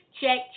Check